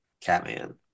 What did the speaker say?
Catman